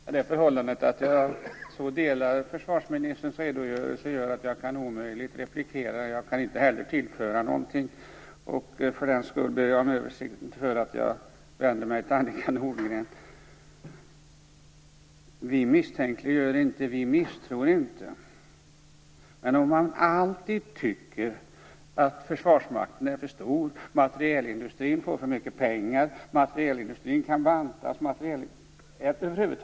Fru talman! Det förhållandet att jag delar försvarsministerns redogörelse gör att jag omöjligt kan replikera. Jag kan heller inte tillföra någonting. För den skull ber jag om överseende för att jag vänder mig till Annika Nordgren. Vi misstänkliggör inte, och vi misstror inte. Men man tycker alltid att Försvarsmakten är för stor, att materielindustrin får för mycket pengar och att materielindustrin över huvud taget kan bantas.